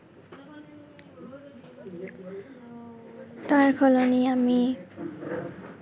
তাৰ সলনি আমি